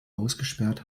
ausgesperrt